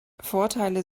vorteile